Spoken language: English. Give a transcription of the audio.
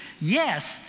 Yes